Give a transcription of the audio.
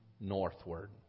northward